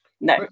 No